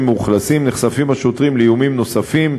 מאוכלסים נחשפים השוטרים לאיומים נוספים,